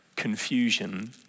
Confusion